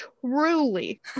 truly